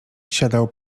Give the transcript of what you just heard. siadał